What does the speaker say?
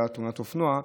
הייתה תאונת אופנוע.